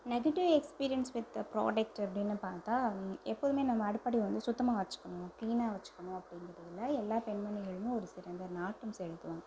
negative experience with product அப்படின்னு பார்த்தா எப்போதுமே நம்ம அடுப்படி வந்து சுத்தமாக வச்சிக்கணும் க்ளீனாக வச்சிக்கணும் அப்படிங்கிறதுல எல்லா பெண்மணிகளும் ஒரு சிறந்த நாட்டம் செலுத்துவோம்